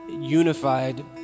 unified